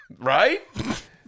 Right